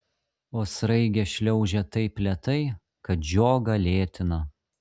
o sraigė šliaužia taip lėtai kad žiogą lėtina